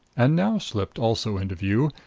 and now slipped also into view,